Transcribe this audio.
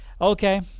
Okay